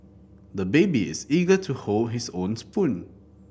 the baby is eager to hold his own spoon